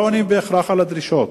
לא עונים בהכרח על הדרישות,